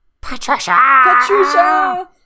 Patricia